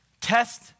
test